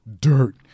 dirt